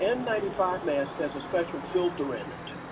and nine five mask has a special filter in it.